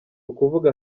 ukuvuga